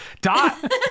Dot